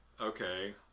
Okay